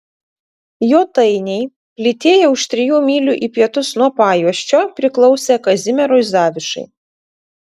jotainiai plytėję už trijų mylių į pietus nuo pajuosčio priklausė kazimierui zavišai